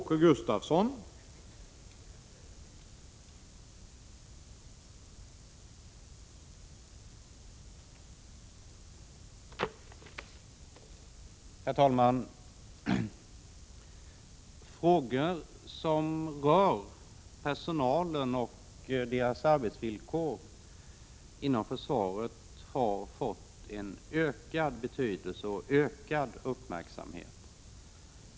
Herr talman! Frågor som rör personalen och dess arbetsvillkor inom försvaret har fått en ökad betydelse och en ökad uppmärksamhet.